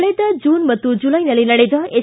ಕಳೆದ ಜೂನ್ ಮತ್ತು ಜುಲೈನಲ್ಲಿ ನಡೆದ ಎಸ್